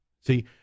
See